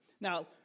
Now